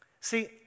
See